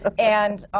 ah and